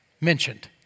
mentioned